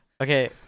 okay